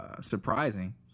surprising